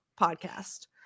podcast